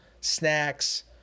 snacks